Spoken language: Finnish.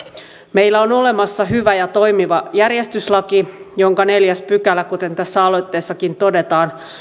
meillä on olemassa hyvä ja toimiva järjestyslaki jonka neljäs pykälä kuten tässä aloitteessakin todetaan